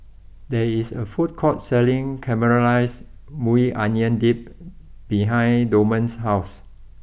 there is a food court selling Caramelized Maui Onion Dip behind Dorman's house